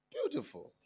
Beautiful